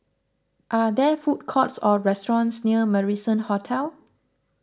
are there food courts or restaurants near Marrison Hotel